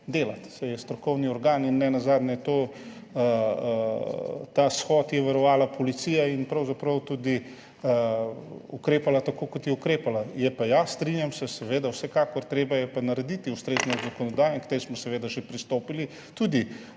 delati, saj je strokovni organ, in nenazadnje je ta shod varovala policija in pravzaprav tudi ukrepala tako, kot je ukrepala. Je pa, ja, strinjam se seveda, vsekakor, treba je pa narediti ustrezno zakonodajo in k tej smo seveda že pristopili, po